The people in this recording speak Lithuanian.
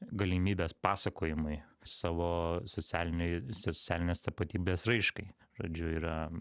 galimybes pasakojimui savo socialinėj socialinės tapatybės raiškai žodžiu yra